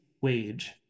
wage